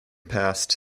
passed